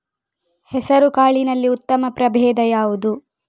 ಹೆಸರುಕಾಳಿನಲ್ಲಿ ಉತ್ತಮ ಪ್ರಭೇಧ ಯಾವುದು?